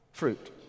fruit